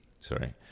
sorry